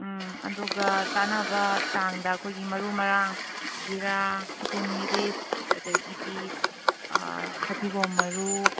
ꯎꯝ ꯑꯗꯨꯒ ꯆꯥꯟꯅꯕ ꯆꯥꯡꯗ ꯑꯩꯈꯣꯏꯒꯤ ꯃꯔꯨ ꯃꯔꯥꯡ ꯖꯤꯔꯥ ꯒꯨꯟꯃꯦꯔꯤꯁ ꯑꯗꯒꯤꯗꯤ ꯐꯗꯤꯒꯣꯝ ꯃꯔꯨ